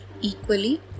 equally